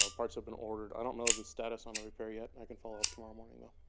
ah parts have been ordered i don't know the status on the repair yet. i can follow up tomorrow morning though.